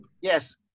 yes